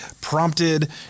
prompted